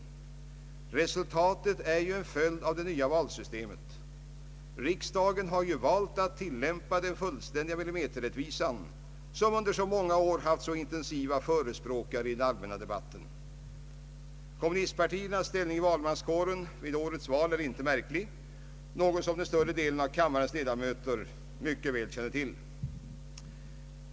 Valresultatet är en följd av det nya valsystemet. Riksdagen har valt att tillämpa den fullständiga millimeterrättvisan, som under många år haft mycket intensiva förespråkare i den allmänna debatten. Kommunistpartiernas ställning i valmanskåren vid årets val är inte märklig, något som större delen av kammarens ledamöter mycket väl känner till.